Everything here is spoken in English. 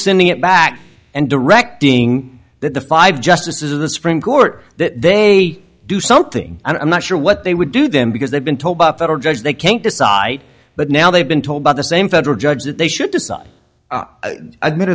sending it back and directing that the five justices of the supreme court that they do something i'm not sure what they would do them because they've been told the federal judge they can't decide but now they've been told by the same federal judge that they should